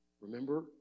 Remember